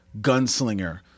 gunslinger